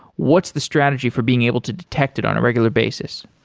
what's the strategy for being able to detect it on a regular basis?